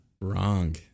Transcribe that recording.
Wrong